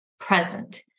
present